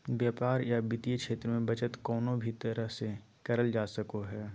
व्यापार या वित्तीय क्षेत्र मे बचत कउनो भी तरह से करल जा सको हय